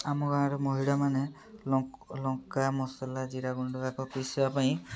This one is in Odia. ଆମ ଗାଁରେ ମହିଳାମାନେ ଲଙ୍କା ମସଲା ଜିରା ଗୁଣ୍ଡକା ପେଷିବା ପାଇଁ